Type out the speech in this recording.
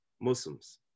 Muslims